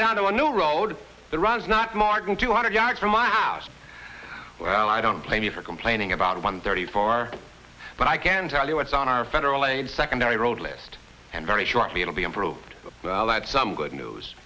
get out of a new road that runs not more than two hundred yards from my house well i don't blame you for complaining about one thirty four but i can tell you what's on our federal aid secondary road list and very shortly it'll be improved well i had some good news